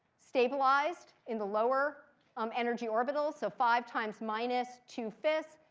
stabilized in the lower um energy orbitals. so five times minus two five,